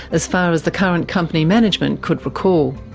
as far as the current company management could recall.